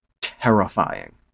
terrifying